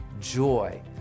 joy